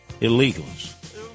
illegals